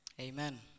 Amen